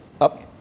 Up